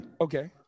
Okay